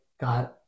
God